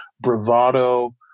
bravado